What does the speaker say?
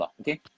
okay